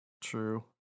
True